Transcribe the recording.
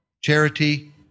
charity